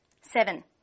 Seven